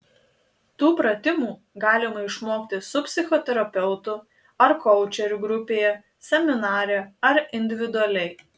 tų pratimų galima išmokti su psichoterapeutu ar koučeriu grupėje seminare ar individualiai